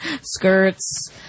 skirts